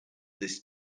this